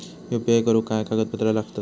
UPI करुक काय कागदपत्रा लागतत?